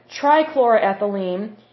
trichloroethylene